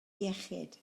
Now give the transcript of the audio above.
iechyd